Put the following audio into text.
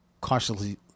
cautiously